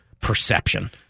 perception